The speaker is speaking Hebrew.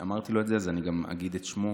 ואמרתי לו את זה אז ואני גם אגיד את שמו,